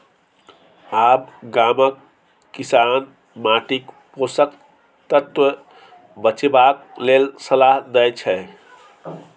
आब गामक किसान माटिक पोषक तत्व बचेबाक लेल सलाह दै छै